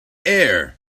air